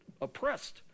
oppressed